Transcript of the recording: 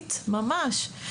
הנוראית ממש.